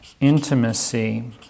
Intimacy